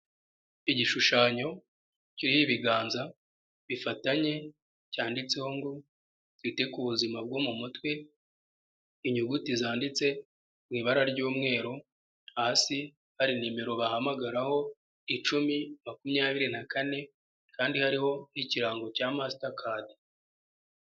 Igishushanyo kiriho ibiganza bifatanye cyanditseho ngo: "Twite ku buzima bwo mu mutwe", inyuguti zanditse mu ibara ry'umweru, hasi hari nimero bahamagaraho 1024 kandi hariho n'ikirango cya Mastercard.